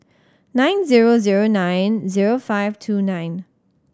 nine zero zero nine zero five two nine